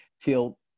till